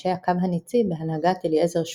לאנשי הקו הניצי בהנהגת אליעזר שוסטק.